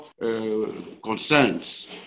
concerns